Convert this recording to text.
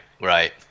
right